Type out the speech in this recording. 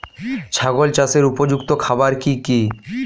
ছাগল চাষের উপযুক্ত খাবার কি কি?